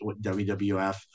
WWF